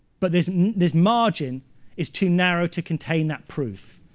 but this this margin is too narrow to contain that proof.